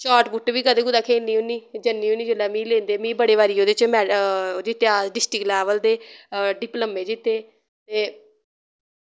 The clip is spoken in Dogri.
शार्ट पुट्ट वी कदे कुतै खेलनी होन्नी जन्नी होन्नी जोल्लै मिगी लेंदे मिगी बड़े बारी ओह्दे च जीतेआ डिस्टिक लैवल ते डिप्लम्मे जीत्ते ते